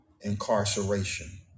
incarceration